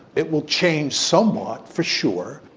it will change somewhat, for sure,